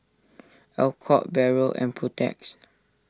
Alcott Barrel and Protex